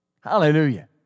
Hallelujah